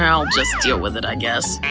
um i'll just deal with it, i guess.